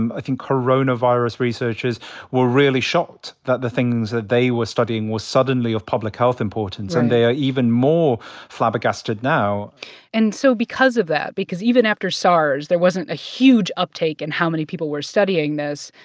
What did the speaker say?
and i think coronavirus researchers were really shocked that the things that they were studying were suddenly of public health importance right and they are even more flabbergasted now and so because of that because even after sars, there wasn't a huge uptake in how many people were studying this,